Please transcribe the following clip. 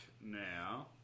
now